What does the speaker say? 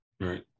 Right